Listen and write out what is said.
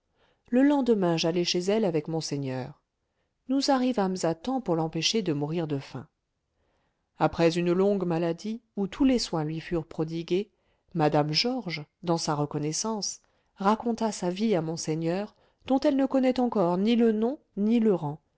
le lendemain j'allai chez elle avec monseigneur nous arrivâmes à temps pour l'empêcher de mourir de faim après une longue maladie où tous les soins lui furent prodigués mme georges dans sa reconnaissance raconta sa vie à monseigneur dont elle ne connaît encore ni le nom ni le rang